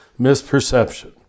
misperception